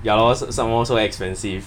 ya lor some more so expensive